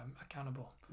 accountable